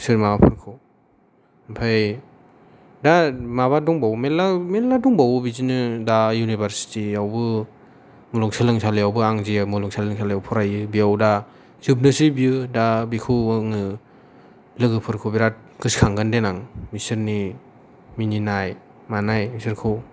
माबाफोरखौ ओमफ्राय दा माबा दंबावो मेरला दंबावो दा बिदिनो इउनिभारसिटि आवबो मुलुगसोलोंसालिआवबो आं जे मुलुगसोलोंसालियाव फरायो बेआव दा जोबनोसै बियो दा बिखौ आङो लोगोफोरखौ बिराद गोसोखांगोन देनां बिसोरनि मिनिनाय मानाय बिसोरखौ